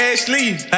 Ashley